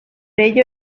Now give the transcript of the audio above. ello